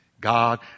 God